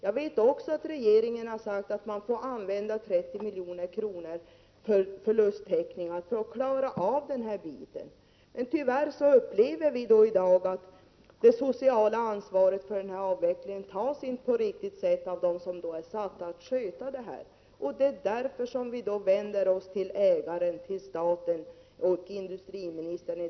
Jag är medveten om att regeringen har sagt att man får använda 30 milj.kr. för förlusttäckning för att klara av detta, men tyvärr upplever vi i dag att det sociala ansvaret för avvecklingen inte tas på ett riktigt sätt av dem som är satta att sköta den. Det är därför vi vänder oss till ägaren-staten och industriministern.